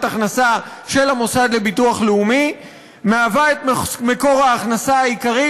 ההכנסה של המוסד לביטוח לאומי מהווה את מקור ההכנסה העיקרי,